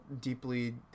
deeply